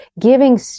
giving